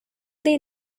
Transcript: they